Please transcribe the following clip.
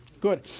Good